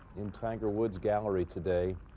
tiger woods gallery. today